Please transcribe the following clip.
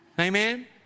Amen